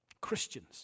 Christians